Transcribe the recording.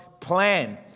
plan